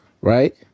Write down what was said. Right